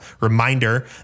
reminder